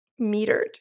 metered